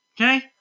Okay